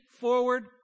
forward